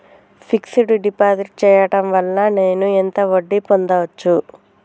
Fix డ్ deposit చేయటం వల్ల నేను ఎంత వడ్డీ పొందచ్చు?